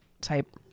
type